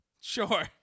Sure